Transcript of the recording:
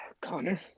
Connor